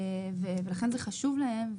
ולכן זה חשוב להם.